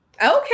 Okay